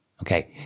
Okay